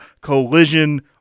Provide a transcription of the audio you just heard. Collision